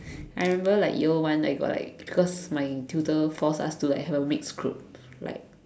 I remember like year one I got like cause my tutor force us to like have a mixed group like